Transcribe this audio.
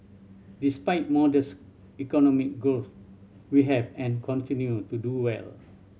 despite modest economic growth we have and continue to do well